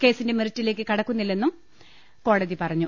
കേസിന്റെ മെറിറ്റിലേക്ക് കടക്കുന്നില്ലെന്നും കോടതി പറ ഞ്ഞു